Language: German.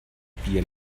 bier